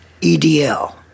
EDL